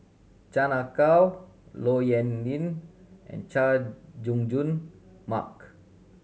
Chan Ah Kow Low Yen Ling and Chay Jung Jun Mark